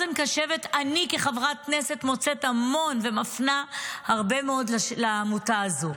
אני כחברת כנסת מוצאת המון אוזן קשבת ומפנה הרבה מאוד לעמותה הזו.